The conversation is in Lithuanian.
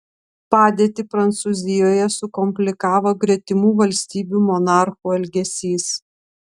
padėtį prancūzijoje sukomplikavo gretimų valstybių monarchų elgesys